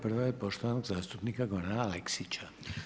Prva je poštovanog zastupnika Gorana Aleksića.